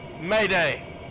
Mayday